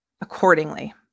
accordingly